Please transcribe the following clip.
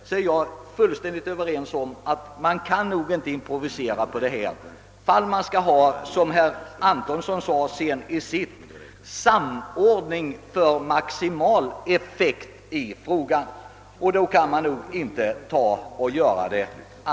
Jag är helt ense med herr Bohman, att man inte bör improvisera på detta område, om man, som herr Antonsson sade, måste ha en samordning för att åstadkomma maximal effekt av åtgärden.